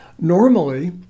Normally